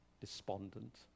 despondent